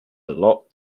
lot